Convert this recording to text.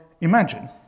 imagine